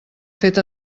fet